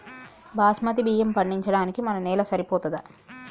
బాస్మతి బియ్యం పండించడానికి మన నేల సరిపోతదా?